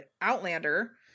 Outlander